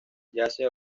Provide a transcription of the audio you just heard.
yace